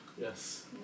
Yes